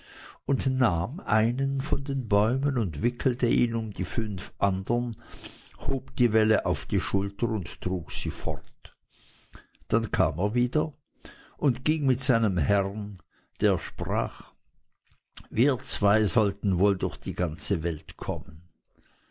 und nahm einen von den bäumen und wickelte ihn um die fünf andern hob die welle auf die schulter und trug sie fort dann kam er wieder und ging mit seinem herrn der sprach wir zwei sollten wohl durch die ganze welt kommen